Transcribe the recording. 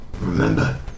Remember